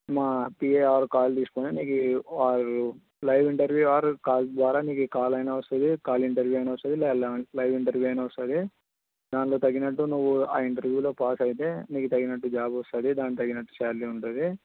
మా PA or call తీసుకొని మీకు వాళ్ళు లైవ్ ఇంటర్వ్యూ ఆర్ కాల్ ద్వారా నీకు కాల్ అయినా వస్తుంది కాల్ ఇంటర్వ్యూ అయినా వస్తుంది లే లే లైవ్ ఇంటర్వ్యూ అయినా వస్తుంది దానిలో తగినట్టు నువ్వు ఆ ఇంటర్వ్యూలో పాస్ అయితే నీకు తగినట్టు జాబు వస్తుంది దాన్ని తగినట్టు స్యాలరీ ఉంటుంది